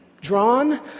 drawn